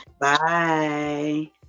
Bye